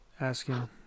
asking